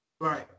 Right